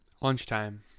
lunchtime